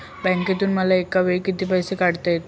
बँकेतून मला एकावेळी किती पैसे काढता येतात?